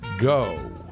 go